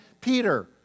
Peter